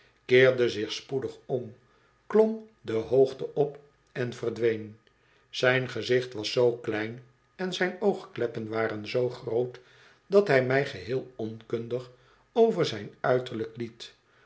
keerde zich spoedig om klom de hoogte op en verdween zijn gezicht was zoo klein en zijn oogkleppen waren zoo groot dat hij mij geheel onkundig over zijn uiterlijk liet